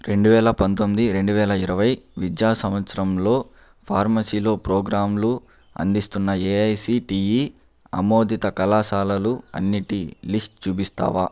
రెండు వేల పంతొమ్మిది రెండువేల ఇరవై విద్యా సంవత్సరంలో ఫార్మసీలో ప్రోగ్రాంలు అందిస్తున్న ఎఐసిటిఈ ఆమోదిత కళాశాలలు అన్నిటి లిస్ట్ చూపిస్తావా